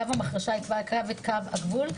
קו המחרשה יקבע את קו הגבול,